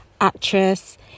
actress